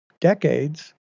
decades